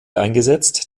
eingesetzt